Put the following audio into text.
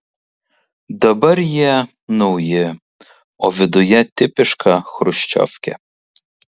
dabar jie nauji o viduje tipiška chruščiovkė